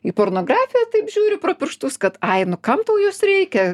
į pornografiją taip žiūri pro pirštus kad ai nu kam tau jos reikia